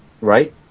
Right